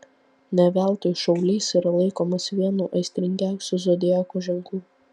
ne veltui šaulys yra laikomas vienu aistringiausių zodiako ženklų